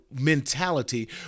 mentality